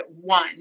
one